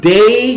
Day